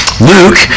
Luke